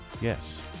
Yes